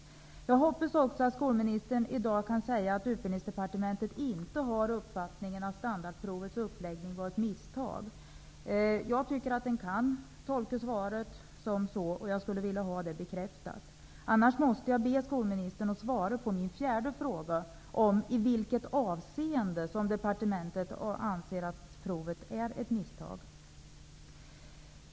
Jag hoppas också att skolministern i dag kan säga att man på Utbildningsdepartementet inte har uppfattningen att standardprovets uppläggning var ett misstag. Jag tycker att svaret kan tolkas så, och här skulle jag vilja ha en bekräftelse. Annars måste jag be skolministern att svara på min fjärde fråga om i vilket avseende departementet anser att provet är ett misstag.